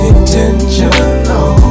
Intentional